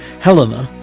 helena,